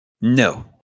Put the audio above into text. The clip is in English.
No